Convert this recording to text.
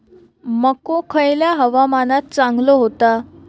मको खयल्या हवामानात चांगलो होता?